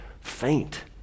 faint